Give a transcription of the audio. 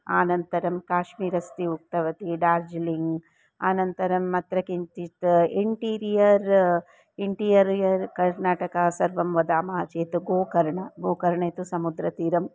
अनन्तरं काश्मीरस्ति उक्तवती डार्जलिङ्ग् अनन्तरम् अत्र किञ्चित् इण्टीरियर् इण्टियरियर् कर्नाटका सर्वं वदामः चेत् गोकर्णः गोकर्णे तु समुद्रतीरम्